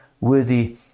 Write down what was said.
worthy